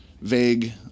vague